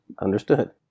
understood